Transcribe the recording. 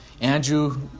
Andrew